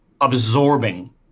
absorbing